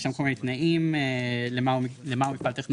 יש שם כל מיני תנאים למה הוא למה הוא מפעל טכנולוגי,